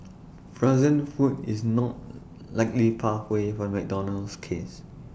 frozen food is not likely pathway for McDonald's case